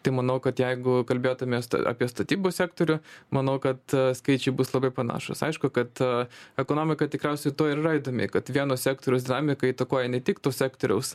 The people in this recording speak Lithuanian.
tai manau kad jeigu kalbėtumės apie statybų sektorių manau kad skaičiai bus labai panašūs aišku kad ekonomika tikriausiai tuo ir yra įdomi kad vieno sektoriaus dinamika įtakoja ne tik to sektoriaus